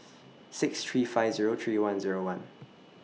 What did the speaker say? six three five Zero three one Zero one